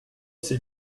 c’est